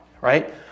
Right